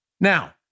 Now